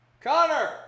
Connor